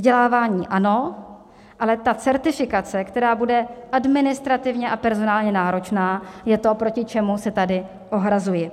Vzdělávání ano, ale ta certifikace, která bude administrativně a personálně náročná, je to, proti čemu se tady ohrazuji.